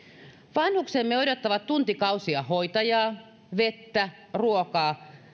vanhuksemme odottavat tuntikausia hoitajaa vettä ruokaa